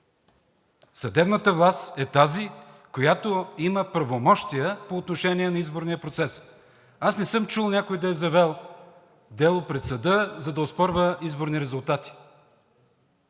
Съдебната власт е тази, която има правомощия по отношение на изборния процес. Аз не съм чул някой да е завел дело пред съда, за да оспорва изборни резултати.